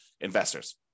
investors